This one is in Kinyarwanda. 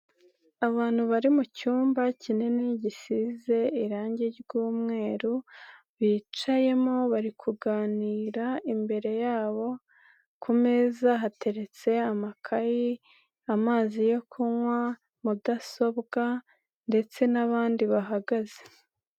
Abantu bari mucyumba kinini gisize irangi ry'umweru, bicayemo bari kuganira, imbere yabo kumeza hateretse amakayi, amazi yo kunywa, mudasobwa ndetse n'abandi bahagaze.